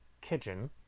kitchen